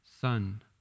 son